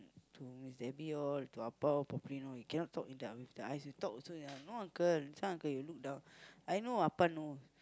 to Miss Debbie all to Apa all properly know he cannot talk with the eyes know he talk also no uncle is not uncle this one all his eyes look down I know Appa knows